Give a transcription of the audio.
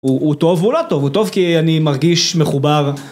הוא טוב, הוא לא טוב, הוא טוב כי אני מרגיש מחובר.